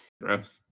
gross